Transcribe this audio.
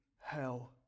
hell